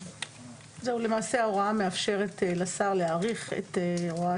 למעשה ההוראה מאפשר לשר להאריך את הוראת